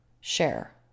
share